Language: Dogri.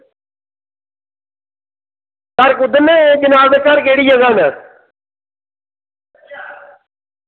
घर कुद्धर न जनाब दे घर केह्ड़ी जगह न